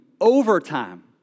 overtime